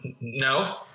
no